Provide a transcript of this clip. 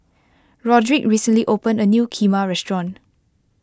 Roderick recently opened a new Kheema restaurant